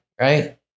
right